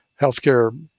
healthcare